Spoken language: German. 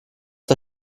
der